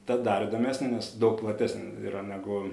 ta dar įdomesnė nes daug platesnė yra negu